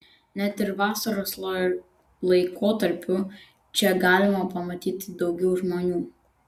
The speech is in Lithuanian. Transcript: net ir vasaros laikotarpiu čia galima pamatyti daugiau žmonių